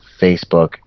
Facebook